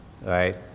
right